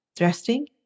resting